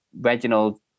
Reginald